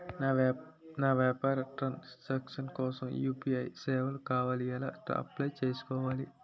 నా వ్యాపార transaction కోసం యు.పి.ఐ సేవలు కావాలి ఎలా అప్లయ్ చేసుకోవాలి?